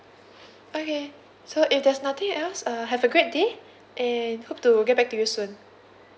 okay so if there's nothing else uh have a great day and hope to get back to you soon